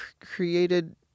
created